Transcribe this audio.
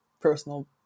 personal